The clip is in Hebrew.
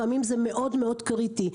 לפעמים זה מאוד קריטי.